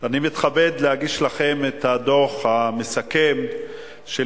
אני מתכבד להגיש לכם את הדוח המסכם של